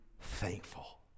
thankful